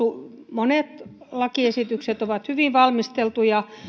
monet lakiesitykset ovat hyvin valmisteltuja